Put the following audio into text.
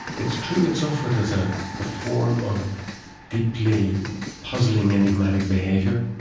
it's true it's offered as a form of deeply puzzling, enigmatic behaviour.